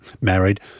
Married